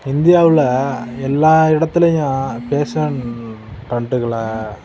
இந்தியாவில் எல்லா இடத்திலையும் ஃபேஷன் ட்ரெண்டுகளா